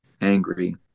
angry